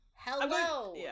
Hello